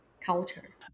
culture